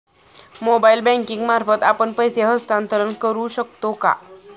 Mobile banking मार्फत आपण पैसे हस्तांतरण करू शकतो का?